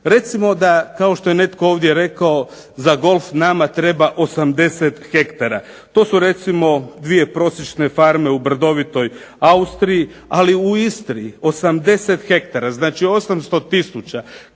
Recimo da kao što je netko ovdje rekao za golf nama treba 80 ha. To su recimo dvije prosječne farme u brdovitoj Austriji. Ali u Istri 80 ha, znači 800000